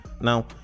Now